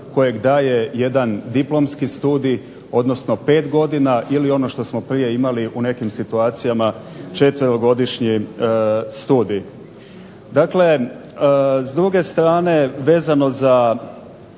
kojeg daje jedan diplomski studij, odnosno 5 godina, ili ono što smo prije imali u nekim situacijama četverogodišnji studij. Dakle s druge strane vezano za